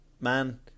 man